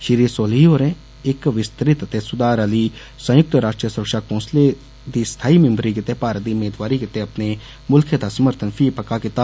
श्री सोलिह होरें इक विस्तृत ते सुधार आली संयुक्त राश्ट्र सुरक्षा कौसले दी स्थाई मिम्बरी गितै भारत दी मेदवारी गितै अपने मुल्खै दा समर्थन फी पक्का कीता